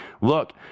look